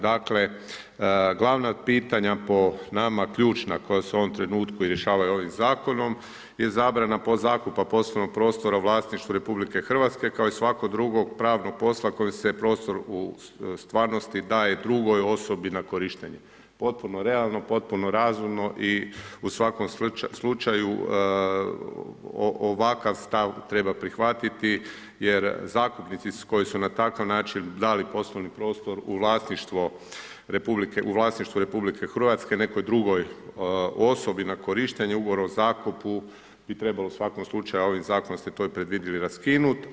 Dakle glavna pitanja po nama ključna koja se u ovom trenutku i rješavaju ovim zakonom je zabrana podzakupa poslovnog prostora u vlasništvu RH, kao i svakog drugog pravnog posla kojim se prostor u stvarnosti daje drugoj osobi na korištenje, potpuno realno, potpuno razumno i u svakom slučaju ovakav stav treba prihvatiti jer zakupnici koji su na takav način dali prostorni prostor u vlasništvu RH nekoj drugoj osobi na korištenje ugovora o zakupu bi trebalo u svakom slučaju, a ovim zakonom ste to i predvidjeli, raskinuti.